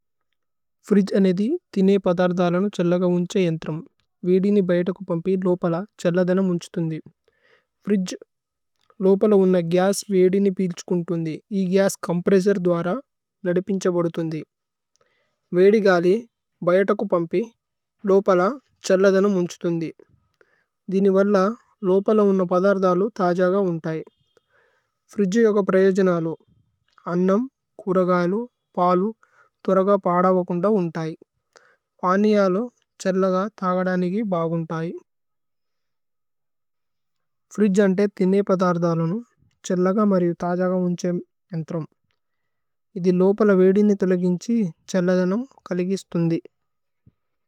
ഫരിജ അനഇദി തിനിയപദാരദാലലനം ചലലഗാ ഉഞചായംതരമനാരനാരനാരനാരനാരനാരനാരനാരനാരനാരനാരന� വിഡിനി ബായടകം പമപി ലഓപലാ ചലലധനമംചതംദി ഫരിജ ലഓപലാ ഉണന ഗാസി വിഡിനി പಀളചകംടിംദി വിഡിനി വരലാ ലഓപലാ ഉണന പദാരദാലം താജാഗാ ഉണടായി വിഡിനി വിഡിനി താജാഗാ ഉണടായി വിഡിനി വിഡിനി താജാഗാ ഉണടായി താജാഗാ ഉണടായി